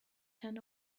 ten